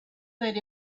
that